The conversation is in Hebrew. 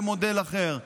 במודל אחר.